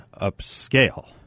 upscale